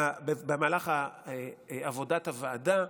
במהלך עבודת הוועדה.